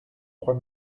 trois